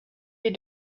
les